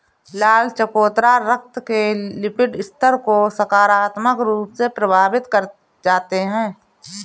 लाल चकोतरा रक्त के लिपिड स्तर को सकारात्मक रूप से प्रभावित कर जाते हैं